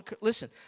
listen